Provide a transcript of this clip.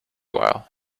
while